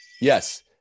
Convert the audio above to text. yes